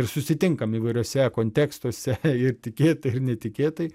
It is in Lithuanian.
ir susitinkam įvairiuose kontekstuose ir tikėtai ir netikėtai